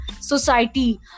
society